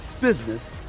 business